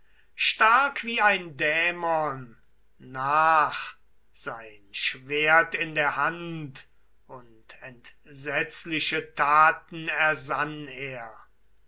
stark wie ein dämon nach sein schwert in der hand und entsetzliche taten ersann er